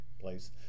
place